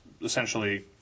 essentially